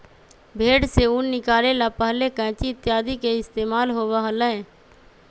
भेंड़ से ऊन निकाले ला पहले कैंची इत्यादि के इस्तेमाल होबा हलय